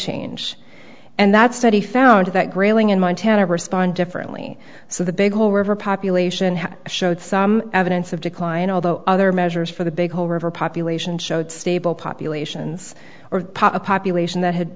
change and that study found that grayling in montana respond differently so the big hole river population has showed some evidence of decline although other measures for the big hole river population showed stable populations are a population that had